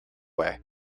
way